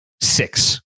six